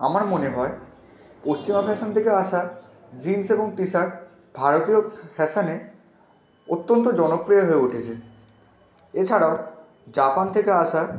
আমার মনে হয় পশ্চিমা ফ্যাশন থেকে আসা জিন্স এবং টিশাট ভারতীয় ফ্যাশনে অত্যন্ত জনপ্রিয় হয়ে উঠেছে এছাড়াও জাপান থেকে আসা